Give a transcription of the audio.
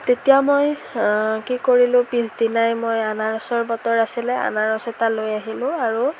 তেতিয়া মই কি কৰিলো পিছদিনাই মই আনাৰসৰ বতৰ আছিলে আনাৰস এটা লৈ আহিলো আৰু